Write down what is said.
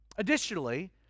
Additionally